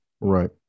Right